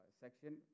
section